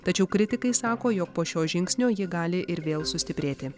tačiau kritikai sako jog po šio žingsnio ji gali ir vėl sustiprėti